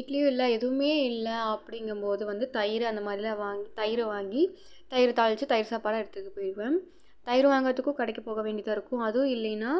இட்லியும் இல்லை எதுவுமே இல்லை அப்படிங்கம்மோது வந்து தயிர் அந்தமாதிரிலாம் வாங் தயிரை வாங்கி தயிர் தாளிச்சு தயிர் சாப்பாடாக எடுத்துக்கு போய்க்குவேன் தயிர் வாங்குறத்துக்கும் கடைக்கு போக வேண்டியதாக இருக்கும் அதுவும் இல்லைன்னா